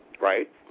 Right